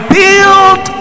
build